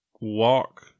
walk